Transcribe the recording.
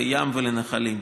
לים ולנחלים.